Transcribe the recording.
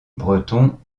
bretons